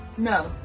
no,